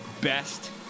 best